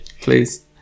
please